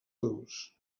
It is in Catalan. adults